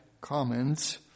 comments